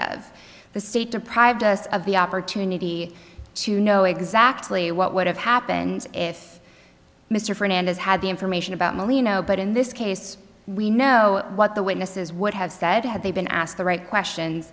of the state deprived us of the opportunity to know exactly what would have happened if mr fernandez had the information about molino but in this case we know what the witnesses would have said had they been asked the right questions